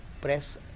press